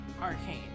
Arcane